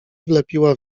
wlepiła